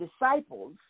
disciples